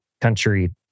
country